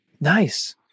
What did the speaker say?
Nice